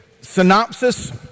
synopsis